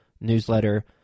newsletter